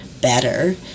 better